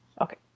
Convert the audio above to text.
okay